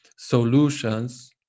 Solutions